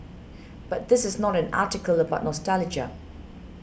but this is not an article about nostalgia